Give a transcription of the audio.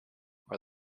are